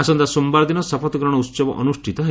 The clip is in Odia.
ଆସନ୍ତା ସୋମବାର ଦିନ ଶପଥଗ୍ରହଣ ଉତ୍ସବ ଅନୁଷ୍ଠିତ ହେବ